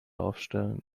aufstellen